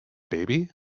baby